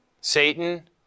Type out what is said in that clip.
Satan